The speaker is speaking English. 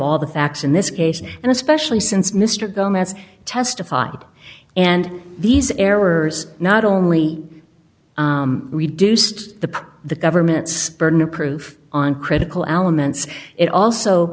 all the facts in this case and especially since mr gomes testified and these errors not only reduced the the government's burden of proof on critical elements it also